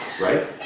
right